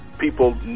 People